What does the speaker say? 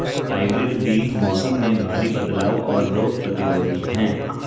hybrid बीज मौसम में भारी बदलाव और रोग प्रतिरोधी हैं